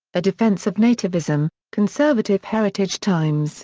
a defense of nativism, conservative heritage times.